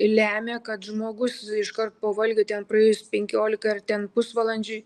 lemia kad žmogus iškart po valgio ten praėjus penkiolikai ar ten pusvalandžiui